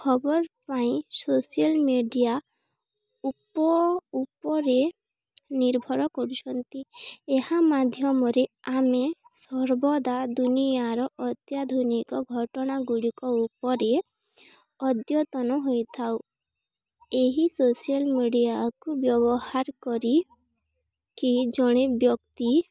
ଖବର ପାଇଁ social media ଉପରେ ନିର୍ଭର କରୁଛନ୍ତି ଏହା ମାଧ୍ୟମରେ ଆମେ ସର୍ବଦା ଦୁନିଆର ଅତ୍ୟାଧୁନିକ ଘଟଣା ଗୁଡ଼ିକ ଉପରେ ଅଦ୍ୟତନ ହୋଇଥାଉ ଏହି ସୋସିଆଲ୍ ମିଡ଼ିଆକୁ ବ୍ୟବହାର କରିି କି ଜଣେ ବ୍ୟକ୍ତି